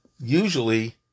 usually